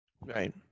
right